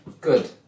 Good